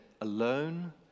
alone